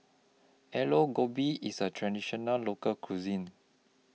Aloo Gobi IS A Traditional Local Cuisine